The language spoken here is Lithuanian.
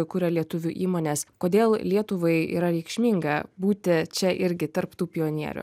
kuria lietuvių įmonės kodėl lietuvai yra reikšminga būti čia irgi tarp tų pionierių